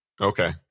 Okay